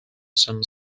some